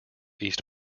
east